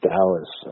Dallas